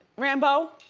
rambo?